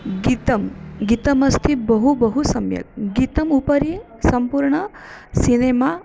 गीतं गीतमस्ति बहु बहु सम्यक् गीतम् उपरि सम्पूर्णं सिनेमा